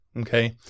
Okay